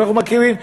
ואנחנו מכירים,